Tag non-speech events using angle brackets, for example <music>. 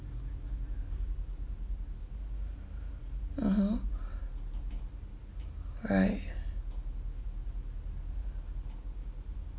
(uh huh) <breath> alright